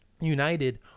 United